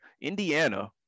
Indiana